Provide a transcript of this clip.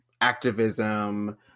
activism